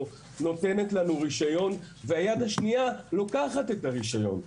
נותנת לנו רישיון והיד השנייה לוקחת את הרישיון.